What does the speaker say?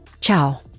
Ciao